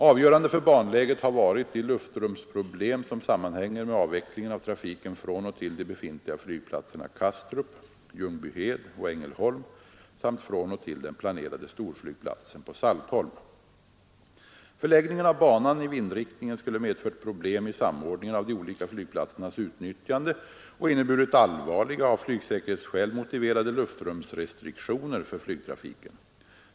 Avgörande för banläget har varit de luftrumsproblem som sammanhänger med avvecklingen av trafiken från och till de befintliga flygplatserna Kastrup, Ljungbyhed och Ängelholm samt från och till den planerade storflygplatsen på Saltholm. Förläggningen av banan i vindriktningen skulle medfört problem i samordningen av de olika flygplatsernas utnyttjande och inneburit allvarliga — av flygsäker hetsskäl motiverade — luftrumsrestriktioner för flygtrafiken.